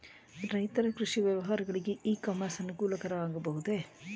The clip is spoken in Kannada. ರೈತರ ಕೃಷಿ ವ್ಯವಹಾರಗಳಿಗೆ ಇ ಕಾಮರ್ಸ್ ಅನುಕೂಲಕರ ಆಗಬಹುದೇ?